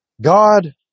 God